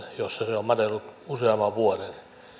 jossa se on madellut useamman vuoden